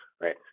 right